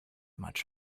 much